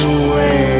away